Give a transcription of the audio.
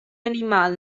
animal